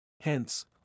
Hence